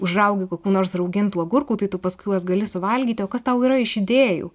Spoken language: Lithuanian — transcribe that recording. užraugi kokių nors raugintų agurkų tai tu paskui juos gali suvalgyti o kas tau yra iš idėjų